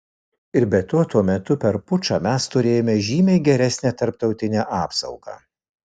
ir be to tuo metu per pučą mes turėjome žymiai geresnę tarptautinę apsaugą